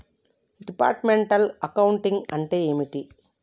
Departmental accounting అంటే ఏమిటి?